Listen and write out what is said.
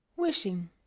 Wishing